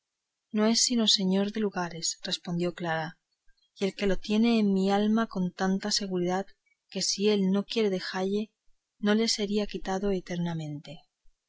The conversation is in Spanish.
no es sino señor de lugares respondió clara y el que le tiene en mi alma con tanta seguridad que si él no quiere dejalle no le será quitado eternamente